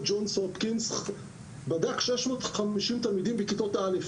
ג'ון הופקינס בדק 650 תלמידים בכיתות א'